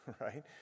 right